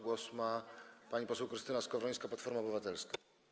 Głos ma pani poseł Krystyna Skowrońska, Platforma Obywatelska.